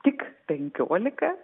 tik penkiolika